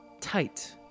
tight